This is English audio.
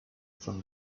from